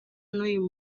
n’uyu